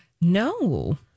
No